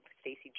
Stacey